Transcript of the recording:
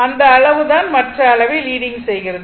அந்த அளவு தான் மற்ற அளவை லீடிங் செய்கிறது